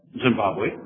Zimbabwe